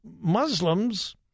Muslims